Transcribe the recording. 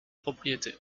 propriétés